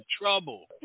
trouble